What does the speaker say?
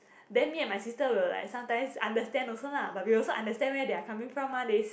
then me and my sister will like some times understand also lah but we also understand where they are coming from mah they